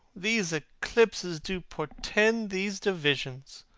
these eclipses do portend these divisions!